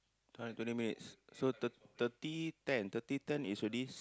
hundred twenty minutes so thir~ thirty ten thirty ten is already